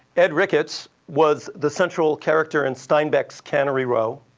ed ricketts was the central character in steinbeck's cannery row,